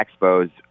Expos